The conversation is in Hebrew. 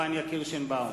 פניה קירשנבאום,